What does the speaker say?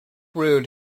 rude